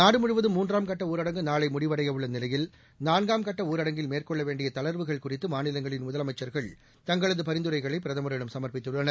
நாடு முழுவதும் மூன்றாம் கட்ட ஊரடங்கு நாளை முடிவடைய உள்ள நிலையில் நான்காம் கட்ட ஊரடங்கில் மேற்கொள்ள வேண்டிய தளா்வுகள் குறிதது மாநிலங்களின் முதலமைச்சா்கள் தங்களது பரிந்துரைகளை பிரதமரிடம் சம்ப்பித்துள்ளனர்